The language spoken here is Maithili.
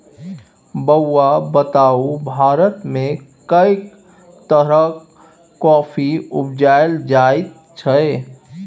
बौआ बताउ भारतमे कैक तरहक कॉफी उपजाएल जाइत छै?